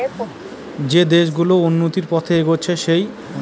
যে দেশ গুলো উন্নতির পথে এগচ্ছে তারা যেই ধার গুলো নেয় ফার্স্ট ওয়ার্ল্ড কান্ট্রি থেকে